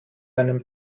einen